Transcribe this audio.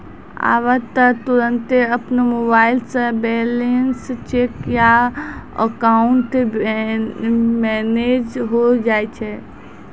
आबै त तुरन्ते अपनो मोबाइलो से बैलेंस चेक या अकाउंट मैनेज होय जाय छै